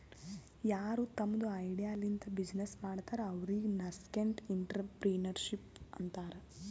ಯಾರು ತಮ್ದು ಐಡಿಯಾ ಲಿಂತ ಬಿಸಿನ್ನೆಸ್ ಮಾಡ್ತಾರ ಅವ್ರಿಗ ನಸ್ಕೆಂಟ್ಇಂಟರಪ್ರೆನರ್ಶಿಪ್ ಅಂತಾರ್